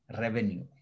revenue